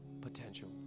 potential